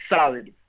solid